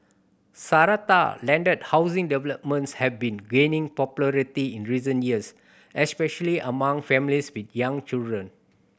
Strata landed housing developments have been gaining popularity in recent years especially among families with young children